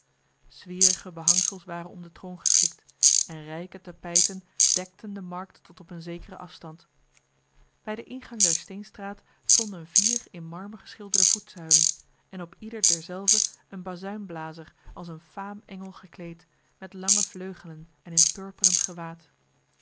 zwierige behangsels waren om de troon geschikt en rijke tapijten dekten de markt tot op een zekere afstand bij de ingang der steenstraat stonden vier in marmer geschilderde voetzuilen en op ieder derzelve een bazuinblazer als een faamengel gekleed met lange vleugelen en in purperen gewaad